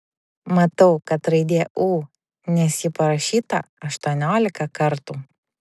matau kad raidė ū nes ji parašyta aštuoniolika kartų